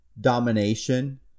domination